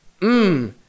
Mmm